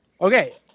Okay